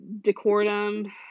decorum